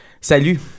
Salut